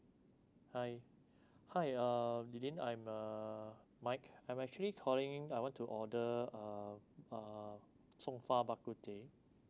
hi hi uh lily I'm uh mike I'm actually calling in I want to order uh uh rong hua bak ku teh